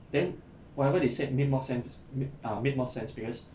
then whatever they said made more sense uh made more sense because